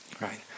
right